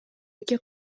эки